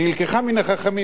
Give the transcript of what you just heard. היא נלקחה מן החכמים,